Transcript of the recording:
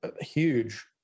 huge